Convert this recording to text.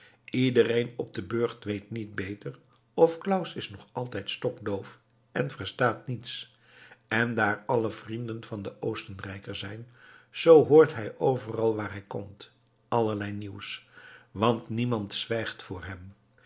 iedereen op den burcht weet niet beter of claus is nog altijd stokdoof en verstaat niets en daar allen vrienden van den oostenrijker zijn zoo hoort hij overal waar hij komt allerlei nieuws want niemand zwijgt voor hem